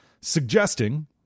suggesting